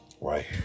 Right